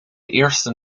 eerste